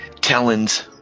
Talon's